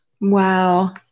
Wow